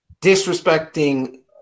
disrespecting